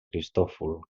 cristòfol